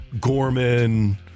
Gorman